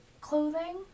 clothing